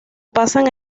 pasan